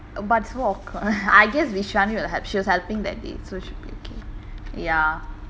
but it's so awkward I guess vishani will help she was helping that so should be okay ya